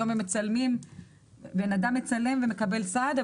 היום אדם מצלם ומקבל סעד.